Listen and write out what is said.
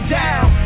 down